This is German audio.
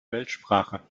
weltsprache